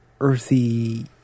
earthy